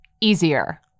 easier